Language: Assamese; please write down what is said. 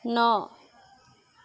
ন